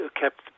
kept